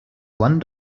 one